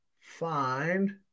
find